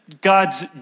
God's